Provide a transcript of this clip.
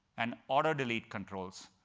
and auto delete controls,